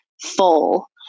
full